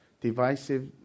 divisive